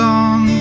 on